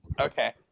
okay